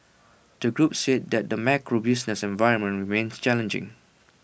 the group said that the macro business environment remains challenging